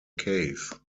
cave